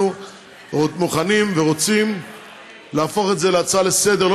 אנחנו מוכנים ורוצים להפוך את זה להצעה לסדר-היום,